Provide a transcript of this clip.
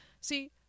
See